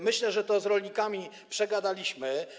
Myślę, że to z rolnikami przegadaliśmy.